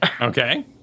Okay